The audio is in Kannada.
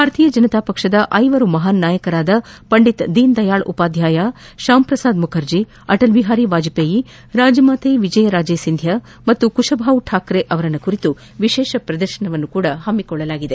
ಭಾರತೀಯ ಜನತಾ ಪಕ್ಷದ ಐವರು ಮಹಾನ್ ನಾಯಕರಾದ ಪಂಡಿತ್ ದೀನ್ ದಯಾಳ್ ಉಪಾಧ್ಯಾಯ ತಾಂ ಪ್ರಸಾದ್ ಮುಖರ್ಜಿ ಅಟಲ್ ಬಿಹಾರಿ ವಾಜಪೇಯಿ ರಾಜಮಾತಾ ವಿಜಯ ರಾಜೆ ಸಿಂಧ್ಡಾ ಮತ್ತು ಕುಶಭಾವು ಠಾಕ್ರೆ ಅವರ ಕುರಿತು ವಿಶೇಷ ಪ್ರದರ್ಶನವನ್ನು ಹಮ್ಮಿಕೊಳ್ಳಲಾಗಿದೆ